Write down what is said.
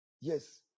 Yes